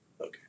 Okay